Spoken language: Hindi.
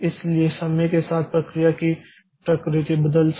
इसलिए समय के साथ प्रक्रिया की प्रकृति बदल सकती है